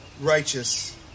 righteous